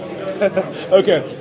Okay